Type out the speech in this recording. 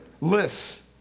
lists